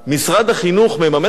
משרד החינוך מממן אתכם?